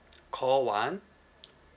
call one